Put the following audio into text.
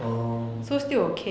oh